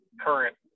current